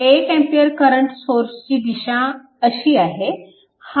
1A current सोर्सची दिशा अशी आहे